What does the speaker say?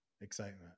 excitement